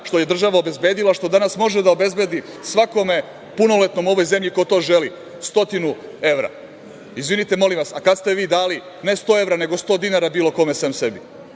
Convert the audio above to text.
što je država obezbedila, što danas može da obezbedi svakome punoletnom u ovoj zemlji ko to želi 100 evra. Izvinite, molim vas, a kada ste vi dali ne 100 evra, nego 100 dinara bilo kome, sem sebi?